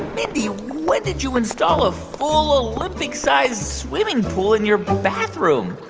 mindy. when did you install a full olympic-sized swimming pool in your bathroom?